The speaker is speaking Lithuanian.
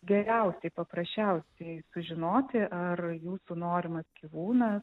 geriausiai paprasčiausiai sužinoti ar jūsų norimas gyvūnas